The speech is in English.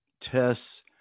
tests